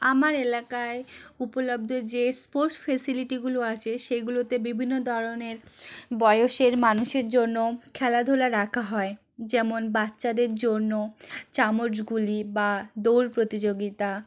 আমার এলাকায় উপলব্দ যে স্পোর্টস ফেসিলিটিগুলো আছে সেগুলোতে বিভিন্ন ধরনের বয়সের মানুষের জন্য খেলাধুলা রাখা হয় যেমন বাচ্চাদের জন্য চামচ গুলি বা দৌড় প্রতিযোগিতা